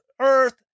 earth